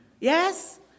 Yes